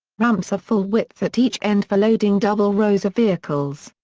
ramps are full width at each end for loading double rows of vehicles.